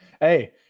Hey